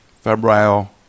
febrile